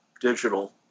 digital